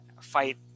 fight